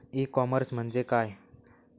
E commerce म्हणजे काय?